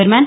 दरम्यान